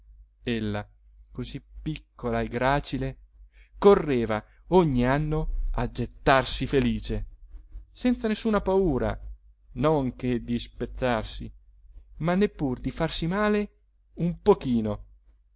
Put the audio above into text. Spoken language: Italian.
intenerita ella così piccola e gracile correva ogni anno a gettarsi felice senza nessuna paura non che di spezzarsi ma neppur di farsi male un pochino